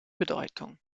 bedeutung